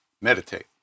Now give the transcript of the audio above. meditate